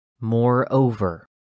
Moreover